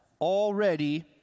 already